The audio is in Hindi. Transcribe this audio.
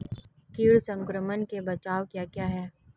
कीट संक्रमण के बचाव क्या क्या हैं?